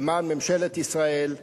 שזה יהיה לו הנאום הראשון בנושאי הכנסת.